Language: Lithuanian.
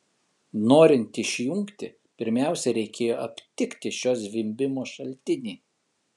norint išjungti pirmiausia reikėjo aptikti šio zvimbimo šaltinį